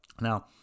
Now